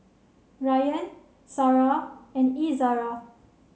Ryan Sarah and Izzara